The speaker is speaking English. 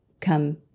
come